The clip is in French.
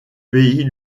pays